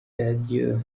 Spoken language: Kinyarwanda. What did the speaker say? radiyo